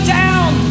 down